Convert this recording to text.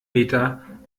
meter